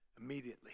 Immediately